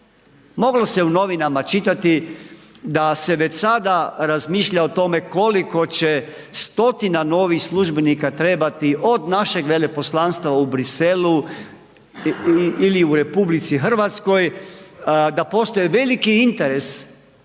Moglo se u novinama čitati da se već sada razmišlja o tome koliko će stotina novih službenika trebati od našeg veleposlanstva u Briselu ili u RH da postoje veliki interes